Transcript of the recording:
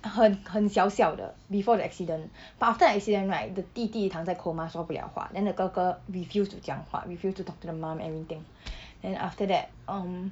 很很 siao siao 的 before the accident but after accident right the 弟弟躺在 coma 说不 liao 话 then the 哥哥 refused to 讲话 refused to talk to the mom everything then after that um